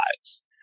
lives